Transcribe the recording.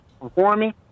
performing